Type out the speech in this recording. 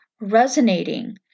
resonating